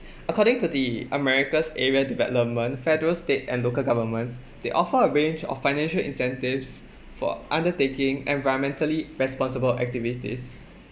according to the america's area development federal state and local governments they offer a range of financial incentives for undertaking environmentally responsible activities